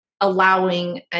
allowing